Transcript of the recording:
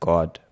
God